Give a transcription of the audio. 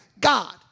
God